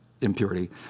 impurity